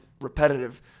repetitive